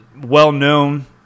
well-known